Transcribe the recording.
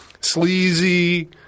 sleazy